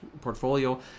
portfolio